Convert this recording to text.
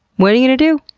what are you gonna do?